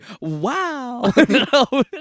wow